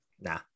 nah